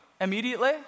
immediately